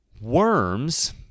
worms